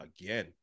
again